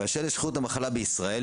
באשר לשכיחות המחלה בישראל,